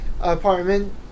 apartment